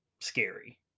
scary